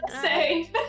say